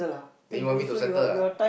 then you want me to settle ah